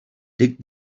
dig